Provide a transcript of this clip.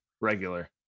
regular